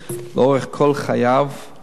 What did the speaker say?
לאורך כל חייו, לחלות בסרטן כלשהו נע,